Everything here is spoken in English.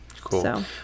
cool